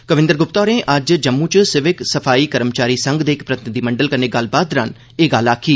कविंदर गुप्ता होरें अज्ज जम्मू च सिविक सफाई कर्मचारी संघ दे इक प्रतिनिधिमंडल कन्नै गल्लबात दौरान एह गल्ल आखी